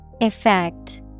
Effect